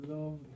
Love